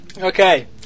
Okay